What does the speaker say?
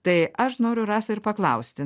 tai aš noriu rasa ir paklausti